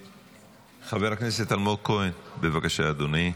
חבר הכנסת אלמוג כהן, בבקשה, אדוני,